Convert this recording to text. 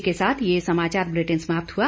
इसी के साथ ये समाचार बुलेटिन समाप्त हुआ